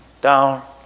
down